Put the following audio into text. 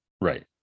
right